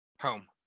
home